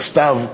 בסתיו,